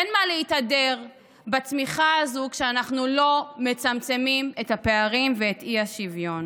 אין מה להתהדר בצמיחה הזו כשאנו לא מצמצמים את הפערים ואת האי-שוויון.